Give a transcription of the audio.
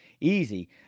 easy